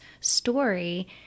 story